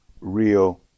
real